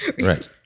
Right